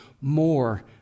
more